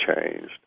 changed